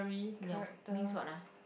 ya means what ah